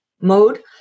mode